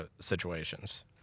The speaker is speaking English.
situations